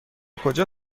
کجا